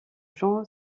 jean